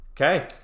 Okay